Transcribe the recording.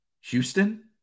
Houston